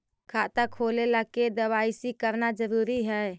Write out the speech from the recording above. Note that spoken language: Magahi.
खाता खोले ला के दवाई सी करना जरूरी है?